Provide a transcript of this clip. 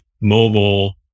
mobile